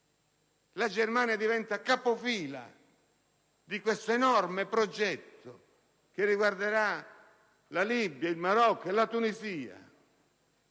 La Germania dunque diventa capofila di questo enorme progetto, che riguarderà la Libia, il Marocco e la Tunisia;